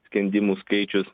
skendimų skaičius